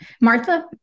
Martha